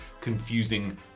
confusing